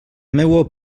meua